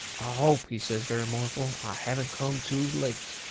hope, he says, very mournful, i haven't come too late!